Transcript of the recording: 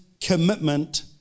commitment